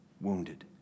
wounded